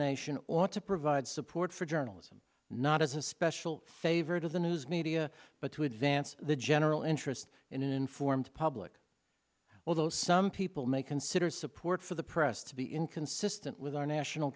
nation ought to provide support for journalism not as a special saver to the news media but to advance the general interest in an informed public although some people may consider support for the press to be inconsistent with our national